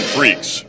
Freaks